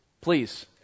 Please